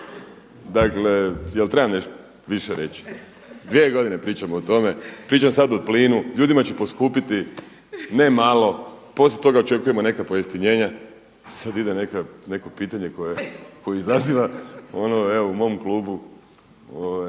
Dakle jel trebam nešto više reći? Dvije godine pričamo o tome, pričam sad o plinu, ljudima će poskupiti ne malo, poslije toga očekujemo neka pojeftinjenja i sada ide neko pitanje koje izaziva evo u mom klubu